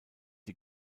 die